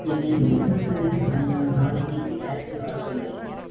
என்னை பிக் பண்ணுறதுக்கு சாயங்காலம் நாலு மணிக்கு டாக்ஸியை வர சொல்